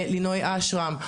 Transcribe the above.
לינוי אשרם,